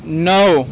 نو